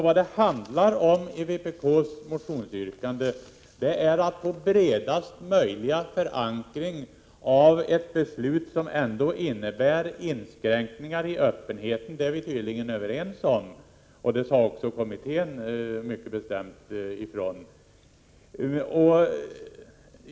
Vad det handlar om i vpk:s motionsyrkande är alltså att få bredaste möjliga förankring av ett beslut som ändå innebär inskränkningar i öppenheten — det är vi tydligen överens om, och det sade också kommittén mycket bestämt.